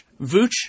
Vooch